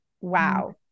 wow